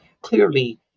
Clearly